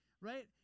Right